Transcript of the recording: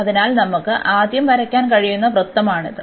അതിനാൽ നമുക്ക് ആദ്യം വരയ്ക്കാൻ കഴിയുന്ന വൃത്തമാണിത്